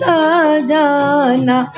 Sajana